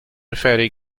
very